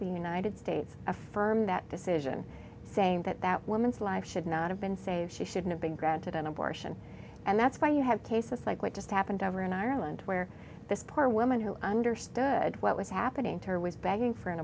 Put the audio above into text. the united states affirm that decision saying that that woman's life should not have been saved she should have been granted an abortion and that's why you have cases like what just happened over in ireland where this poor woman who understood what was happening to her was begging for an